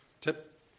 tip